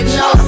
no